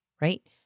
right